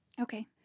okay